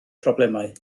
problemau